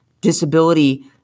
disability